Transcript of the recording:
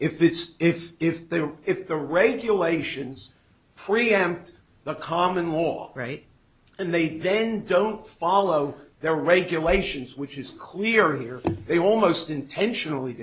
if it's if if they were if the regulations preempt the common wall right and they then don't follow their regulations which is clear here they almost intentionally